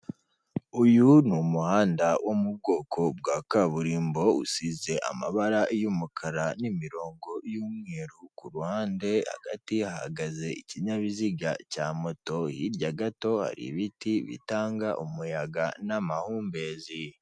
Uyu ni umuhanda wo mu bwoko bwa kaburimbo usize amabara y'umukara n'imirongo y'umweru ku ruhande, hagati hahagaze ikinyabiziga cya moto, hirya gato ibiti bitanga umuyaga n'amahumbezi.